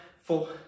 four